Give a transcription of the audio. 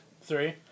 three